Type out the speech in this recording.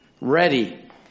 ready